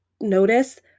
notice